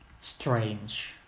Strange